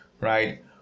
right